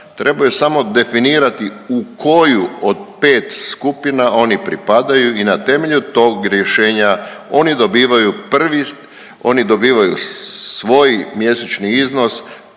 trebaju samo definirati u koju od 5 skupina oni pripadaju i na temelju tog rješenja oni dobivaju prvi, oni